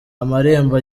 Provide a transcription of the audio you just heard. amarembo